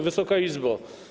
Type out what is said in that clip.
Wysoka Izbo!